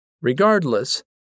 Regardless